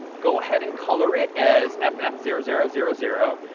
go ahead and color it as f f zero zero zero zero,